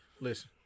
Listen